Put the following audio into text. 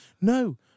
No